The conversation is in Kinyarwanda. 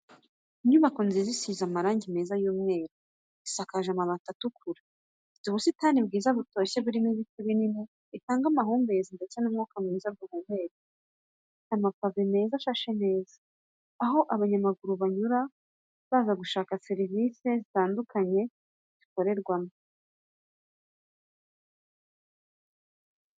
Inyubako nziza isize amarangi meza y'umweru, isakaje amabati atukura, ifite ubusitani bwiza butoshye burimo ibiti binini bitanga amahumbezi ndetse n'umwuka mwiza duhumeka. Ifite amapave meza ashashe neza, aho abanyamaguru banyura baza gushaka serivisi zitandukanye zikorerwamo.